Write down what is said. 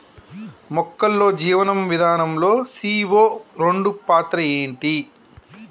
మొక్కల్లో జీవనం విధానం లో సీ.ఓ రెండు పాత్ర ఏంటి?